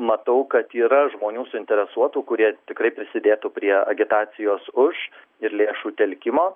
matau kad yra žmonių suinteresuotų kurie tikrai prisidėtų prie agitacijos už ir lėšų telkimo